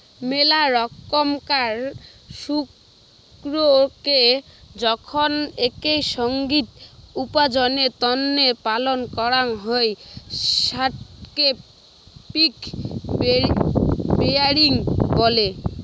মেলা রকমকার শুকোরকে যখন একই সঙ্গত উপার্জনের তন্নে পালন করাং হই সেটকে পিগ রেয়ারিং বলে